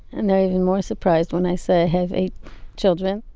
and they are even more surprised when i say i have eight children.